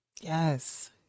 Yes